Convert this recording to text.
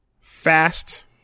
fast